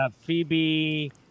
Phoebe